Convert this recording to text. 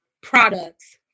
products